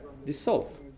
Dissolve